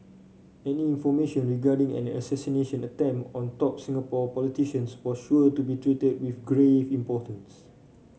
any information regarding an assassination attempt on top Singapore politicians was sure to be treated with grave importance